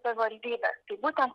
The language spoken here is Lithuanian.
savivaldybės būtent